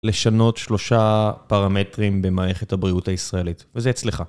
לשנות שלושה פרמטרים במערכת הבריאות הישראלית, וזה אצלך.